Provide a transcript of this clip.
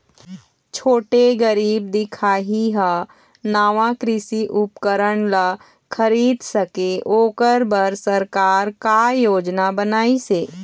छोटे गरीब दिखाही हा नावा कृषि उपकरण ला खरीद सके ओकर बर सरकार का योजना बनाइसे?